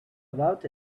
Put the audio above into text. about